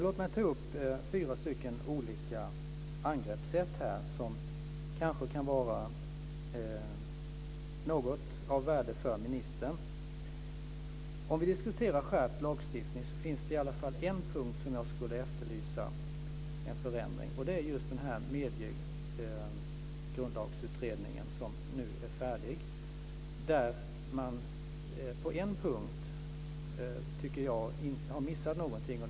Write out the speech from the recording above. Låt mig ta upp fyra stycken olika angreppssätt, som kanske kan vara något av värde för ministern. Om vi diskuterar skärpt lagstiftning så finns det i alla fall en punkt där jag skulle vilja efterlysa en förändring. Det gäller just Mediegrundlagsutredningen, som nu är färdig. På en punkt tycker jag att man har missat någonting där.